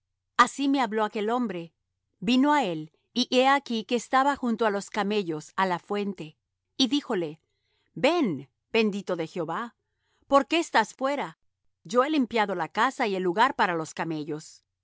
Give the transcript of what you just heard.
así me habló aquel hombre vino á él y he aquí que estaba junto á los camellos á la fuente y díjole ven bendito de jehová por qué estás fuera yo he limpiado la casa y el lugar para los camellos